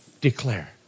declare